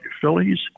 Phillies